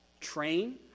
train